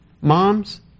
Moms